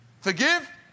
Forgive